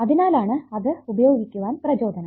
അതിനാലാണ് അത് ഉപയോഗിക്കുവാനുള്ള പ്രചോദനം